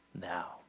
now